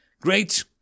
Great